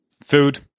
food